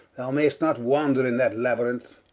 thou mayest not wander in that labyrinth,